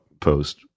post